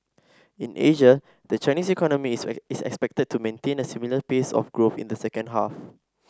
in Asia the Chinese economy is expected to maintain a similar pace of growth in the second half